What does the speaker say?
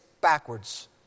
backwards